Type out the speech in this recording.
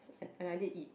and I did eat